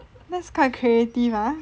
that's quite creative ah